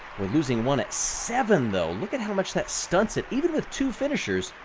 we're losing one at seven though. look at how much that stunts it, even with two finishers.